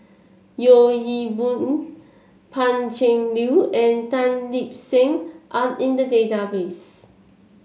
Yeo Hwee Bin Pan Cheng Lui and Tan Lip Seng are in the database